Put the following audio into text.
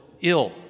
ill